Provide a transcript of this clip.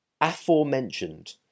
aforementioned